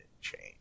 change